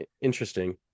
interesting